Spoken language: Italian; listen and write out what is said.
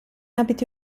abiti